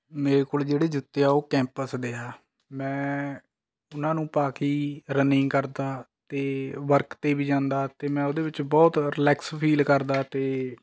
ਮੇਰੇ ਕੋਲ ਜਿਹੜੀ ਜੁੱਤੇ ਆ ਉਹ ਕੈਂਪਸ ਦੇ ਆ ਮੈਂ ਉਹਨਾਂ ਨੂੰ ਪਾ ਕੇ ਹੀ ਰਨਿੰਗ ਕਰਦਾ ਅਤੇ ਵਰਕ 'ਤੇ ਵੀ ਜਾਂਦਾ ਅਤੇ ਮੈਂ ਉਹਦੇ ਵਿੱਚ ਬਹੁਤ ਰਿਲੈਕਸ ਫੀਲ ਕਰਦਾ ਅਤੇ